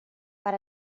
per